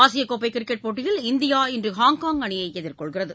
ஆசிய கோப்பை கிரிக்கெட் போட்டியில் இந்தியா இன்று ஹாங்காங் அணியை எதிர்கொள்கிறது